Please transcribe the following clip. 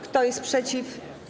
Kto jest przeciw?